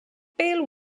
pale